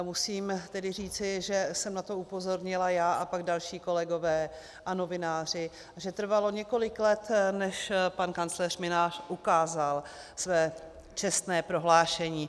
Musím tedy říci, že jsem na to upozornila já a pak další kolegové a novináři, že trvalo několik let, než pan kancléř Mynář ukázal své čestné prohlášení.